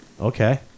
Okay